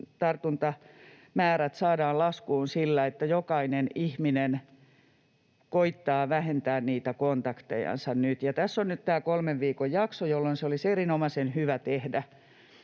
tartuntamäärät saadaan laskuun sillä, että jokainen ihminen koettaa vähentää niitä kontaktejansa nyt, ja tässä on nyt tämä kolmen viikon jakso, jolloin se olisi erinomaisen hyvä tehdä.